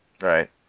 Right